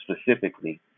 specifically